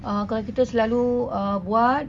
uh kalau kita selalu uh buat